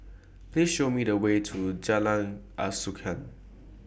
Please Show Me The Way to Jalan Asuhan